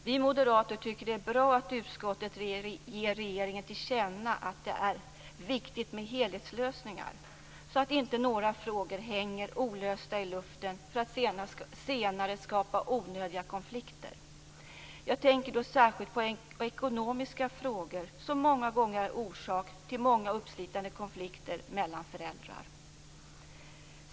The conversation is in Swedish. Vi moderater tycker att det är bra att utskottet ger regeringen till känna att det är viktigt med helhetslösningar, så att inte några frågor hänger olösta i luften för att senare skapa onödiga konflikter. Jag tänker då särskilt på ekonomiska frågor, som många gånger är orsak till uppslitande konflikter mellan föräldrar.